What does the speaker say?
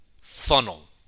funnel